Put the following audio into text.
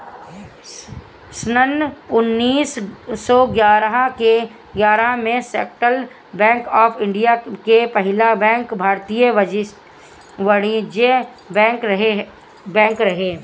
सन्न उन्नीस सौ ग्यारह में सेंट्रल बैंक ऑफ़ इंडिया के पहिला बैंक भारतीय वाणिज्यिक बैंक रहे